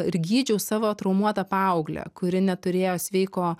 ir gydžiau savo traumuotą paauglę kuri neturėjo sveiko